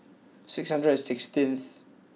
six hundred and sixteenth